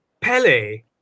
Pele